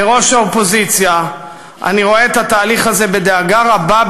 כראש האופוזיציה אני רואה את התהליך הזה בדאגה רבה,